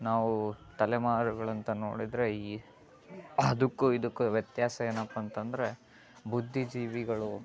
ನಾವು ತಲೆಮಾರುಗಳಂತ ನೋಡಿದರೆ ಈ ಅದಕ್ಕೂ ಇದಕ್ಕೂ ವ್ಯತ್ಯಾಸ ಏನಪ್ಪಂತಂದರೆ ಬುದ್ಧಿಜೀವಿಗಳು